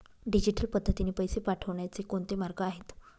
Digital पद्धतीने पैसे पाठवण्याचे कोणते मार्ग आहेत?